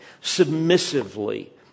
submissively